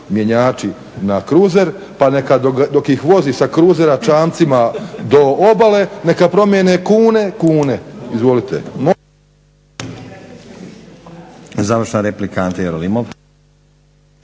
mjenjači na kruzer pa dok ih vozi sa kruzera čamcima do obale neka promijene kune, kune izvolite.